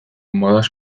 modaz